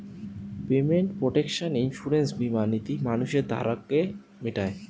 payment protection insurance বীমা নীতি মানুষের ধারকে মিটায়